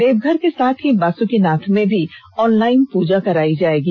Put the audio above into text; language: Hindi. देवघर के साथ ही बासुकीनाथ में भी ऑनलाईन पूजा कराई जायेगी